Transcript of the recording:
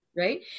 Right